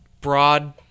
broad